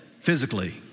physically